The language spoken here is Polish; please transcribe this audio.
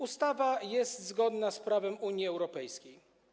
Ustawa jest zgodna z prawem Unii Europejskiej.